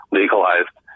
legalized